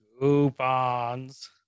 coupons